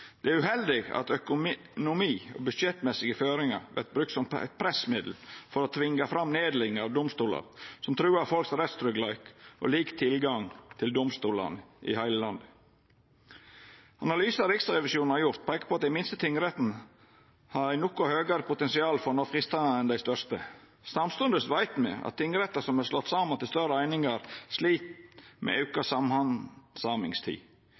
Det er uheldig at økonomi og budsjettmessige føringar vert brukte som eit pressmiddel for å tvinga fram nedlegging av domstolar, noko som truar folks rettstryggleik og lik tilgang til domstolane i heile landet. Analysar Riksrevisjonen har gjort, peikar på at dei minste tingrettane har noko høgare potensial for å nå fristane enn dei største. Samstundes veit me at tingrettar som er slått saman til større einingar, slit med